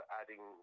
adding